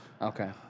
Okay